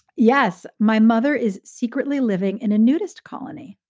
yes. my mother is secretly living in a nudist colony.